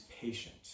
patient